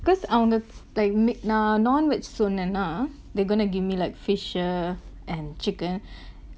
cause அவங்க:avanga like நா:naa non veg சொன்னனா:sonnanaa they gonna give me like fish err and chicken